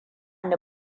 ni